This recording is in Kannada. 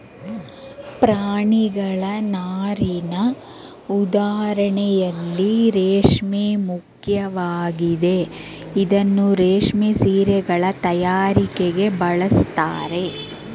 ಪ್ರಾಣಿಗಳ ನಾರಿನ ಉದಾಹರಣೆಯಲ್ಲಿ ರೇಷ್ಮೆ ಮುಖ್ಯವಾಗಿದೆ ಇದನ್ನೂ ರೇಷ್ಮೆ ಸೀರೆಗಳ ತಯಾರಿಕೆಗೆ ಬಳಸ್ತಾರೆ